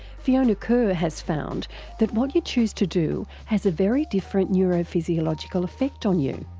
fiona kerr has found that what you choose to do has a very different neurophysiological effect on you.